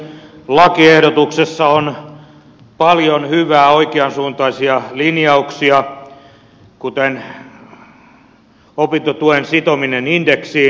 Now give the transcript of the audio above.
lakiehdotuksessa on paljon hyvää oikeansuuntaisia linjauksia kuten opintotuen sitominen indeksiin